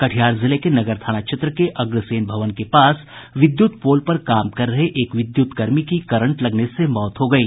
कटिहार जिले के नगर थाना क्षेत्र के अग्रसेन भवन के पास विद्युत पोल पर कार्य कर रहे एक विद्युत कर्मी की करंट लगने से मौत हो गयी